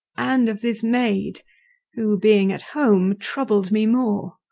and of this maid who being at home troubled me more,